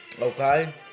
okay